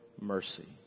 mercy